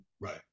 Right